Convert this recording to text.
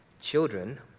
Children